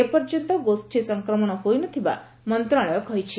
ଏ ପର୍ଯ୍ୟନ୍ତ ଗୋଷୀ ସଂକ୍ରମଣ ହୋଇ ନଥିବା ମନ୍ତ୍ରଣାଳୟ କହିଛି